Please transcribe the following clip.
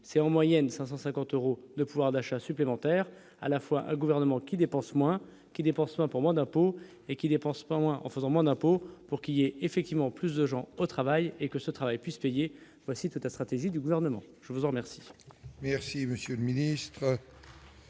c'est en moyenne 550 euros de pouvoir d'achat supplémentaire à la fois gouvernement qui dépensent moins, qui dépensent moins pour moins d'impôts et qui dépensent pas mois, en faisant moins d'impôts pour qui est effectivement plus de gens au travail et que ce travail puisse étayer voici tout à stratégie du gouvernement, je vous en remercie.